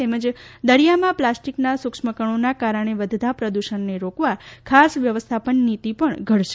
તેમજ દરિયામાં પ્લાસ્ટીકના સુક્ષ્મકણોના કારણે વધતા પ્રદૂષણને રોકવા ખાસ વ્યવસ્થાપન નિતી પણ ધડશે